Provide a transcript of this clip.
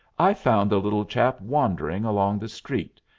i found the little chap wandering along the street,